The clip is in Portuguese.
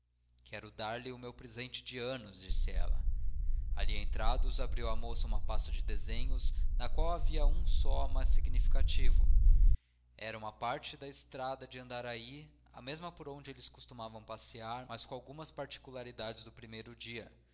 quero dar-lhe o meu presente de anos disse ela ali entrados abriu a moça uma pasta de desenhos na qual havia um só mas significativo era uma parte da estrada de andaraí a mesma por onde eles costumavam passear mas com algumas particularidades do primeiro dia